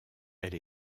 elle